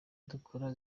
dukora